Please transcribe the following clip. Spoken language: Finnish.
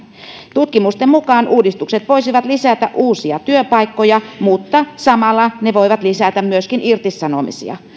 tutkimusten mukaan uudistukset voisivat lisätä uusia työpaikkoja mutta samalla ne voivat lisätä myöskin irtisanomisia